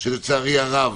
שלצערי הרב